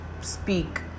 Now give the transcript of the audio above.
speak